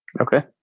Okay